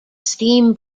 steam